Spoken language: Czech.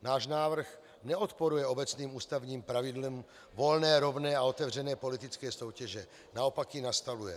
Náš návrh neodporuje obecným ústavním pravidlům volné, rovné a otevřené politické soutěže, naopak ji nastavuje.